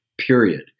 period